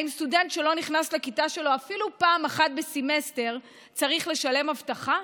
האם סטודנט שלא נכנס לכיתה שלו אפילו פעם אחת בסמסטר צריך לשלם אבטחה